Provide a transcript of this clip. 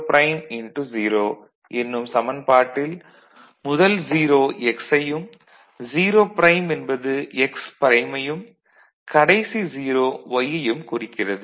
0 என்னும் சமன்பாட்டில் முதல் 0 "x" யையும் 0' என்பது x ப்ரைம்மையும் கடைசி 0 y யையும் குறிக்கிறது